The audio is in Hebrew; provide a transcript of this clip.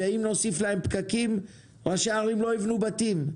אם נוסיף להם פקקים הם לא יבנו בתים,